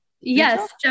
Yes